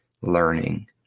learning